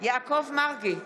יעקב מרגי,